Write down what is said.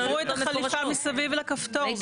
הם תפרו את החליפה מסביב לכפתור, זה ברור.